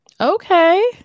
Okay